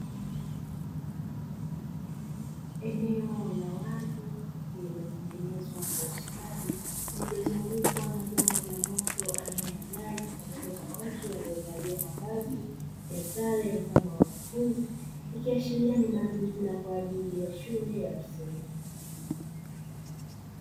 Eneo la wazi lililo tengenezwa kwa ustadi, lililo zungukwa na vyombo vya moto aina ya gari pamoja na watu walio valia mavazi ya sare mfano wa wanafunzi, ikiashiria ni mazingira kwa ajili ya shule ya msingi.